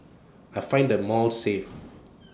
I find the malls safe